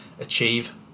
achieve